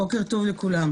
בוקר טוב לך.